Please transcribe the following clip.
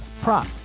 prop